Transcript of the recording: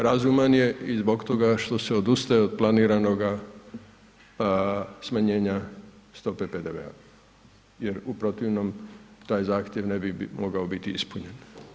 Razuman je i zbog toga što se odustaje od planiranog smanjenja stope PDV-a jer u protivnom taj zahtjev ne bi mogao biti ispunjen.